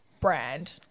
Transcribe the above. brand